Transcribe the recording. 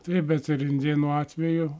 taip bet ir indėnų atveju